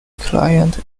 client